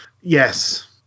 Yes